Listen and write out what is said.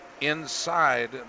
inside